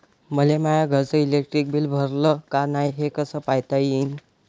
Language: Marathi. मले माया घरचं इलेक्ट्रिक बिल भरलं का नाय, हे कस पायता येईन?